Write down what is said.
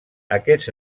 aquests